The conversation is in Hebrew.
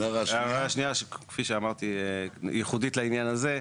הערה שנייה, כפי שאמרתי, ייחודית לעניין הזה,